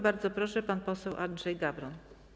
Bardzo proszę, pan poseł Andrzej Gawron.